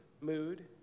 mood